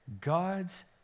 God's